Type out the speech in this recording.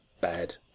bad